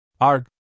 Arg